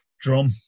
Drum